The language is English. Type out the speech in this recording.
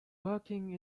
working